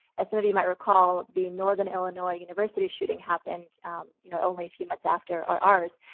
as some of you might recall, the northern illinois university shooting happened you know only a few months after ours.